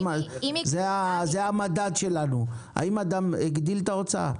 זה המדד שלנו, האם אדם הגדיל את ההוצאה.